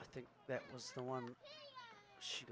i think that was the one she